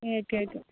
okay okay